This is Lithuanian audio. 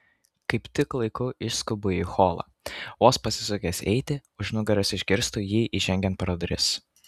kaip tik laiku išskubu į holą vos pasisukęs eiti už nugaros išgirstu jį įžengiant pro duris